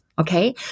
Okay